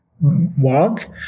walk